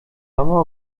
mama